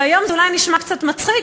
והיום זה אולי נשמע קצת מצחיק,